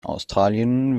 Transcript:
australien